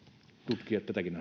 tutkia tätäkin